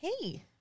Hey